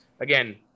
Again